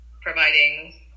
providing